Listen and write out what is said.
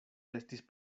estis